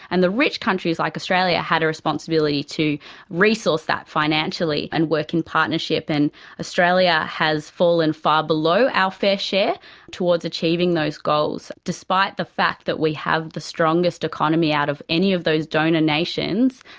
and the rich countries like australia had a responsibility to resource that financially and work in partnership. and australia has fallen far below our fair share towards achieving those goals. despite the fact that we have the strongest economy out of any of those donor nations,